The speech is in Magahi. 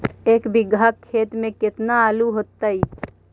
एक बिघा खेत में केतना आलू होतई?